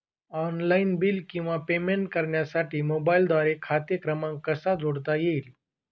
Online bill किंवा payment करण्यासाठी मोबाईलद्वारे खाते क्रमांक कसा जोडता येईल?